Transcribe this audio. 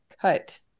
cut